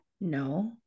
No